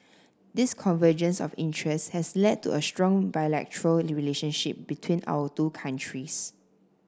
this convergence of interest has led to a strong bilateral relationship between our two countries